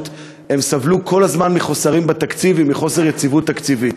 הם סבלו כל הזמן מחוסרים בתקציב ומחוסר יציבות תקציבית.